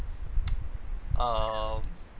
um